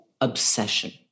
obsession